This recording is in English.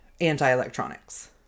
anti-electronics